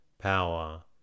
power